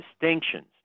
distinctions